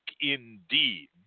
indeed